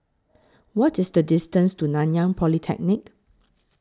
What IS The distance to Nanyang Polytechnic